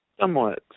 somewhat